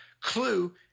clue